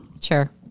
sure